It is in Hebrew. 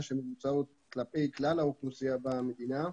שמבוצעות כלפי כלל האוכלוסייה במדינה,